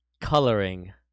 coloring